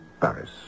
Paris